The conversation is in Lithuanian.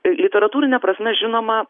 literatūrine prasme žinoma